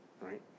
right